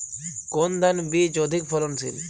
কোন ধান বীজ অধিক ফলনশীল?